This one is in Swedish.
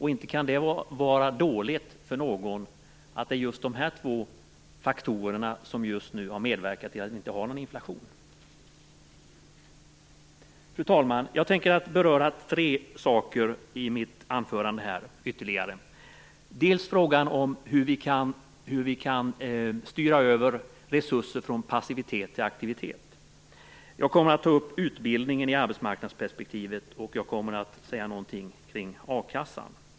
Inte kan det vara dåligt för någon att just de här två faktorerna har medverkat till att vi inte har någon inflation. Fru talman! Jag tänker beröra ytterligare tre saker i mitt anförande. Det gäller frågan om hur vi kan styra över resurser från passivitet till aktivitet. Jag kommer också att ta upp utbildningen i arbetsmarknadsperspektivet, och jag kommer att säga något om a-kassan.